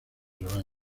rebaño